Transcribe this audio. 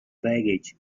baggage